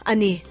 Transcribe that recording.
Ani